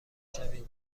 شوید